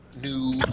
new